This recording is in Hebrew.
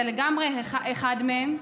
זה לגמרי אחד מהם,